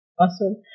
Awesome